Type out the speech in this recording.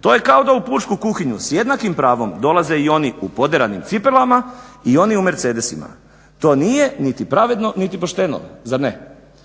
To je kao da u pučku kuhinju s jednakim pravom dolaze i oni u poderanim cipelama i oni u mercedesima. To nije niti pravedno niti pošteno zar ne?